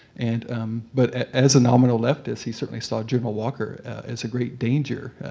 and um but as a nominal leftist, he certainly saw general walker as a great danger.